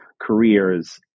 careers